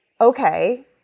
okay